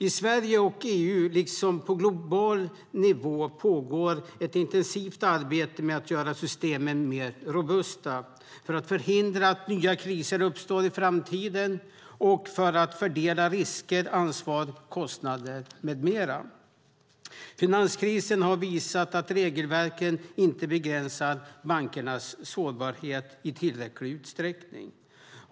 I Sverige och EU, liksom på global nivå, pågår ett intensivt arbete med att göra systemen mer robusta för att förhindra att nya kriser uppstår i framtiden och för att fördela risker, ansvar, kostnader med mera. Finanskrisen har visat att regelverken inte begränsar bankernas sårbarhet i tillräcklig utsträckning.